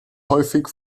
häufig